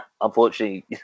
unfortunately